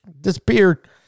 disappeared